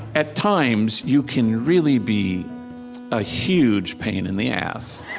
at times, you can really be a huge pain in the ass.